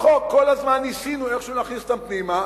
בחוק כל הזמן ניסינו איכשהו להכניס אותם פנימה,